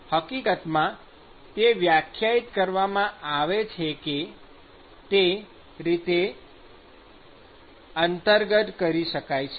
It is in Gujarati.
હકીકતમાં તે વ્યાખ્યાયિત કરવામાં આવી છે તે રીતે અંતર્ગત કરી શકે છે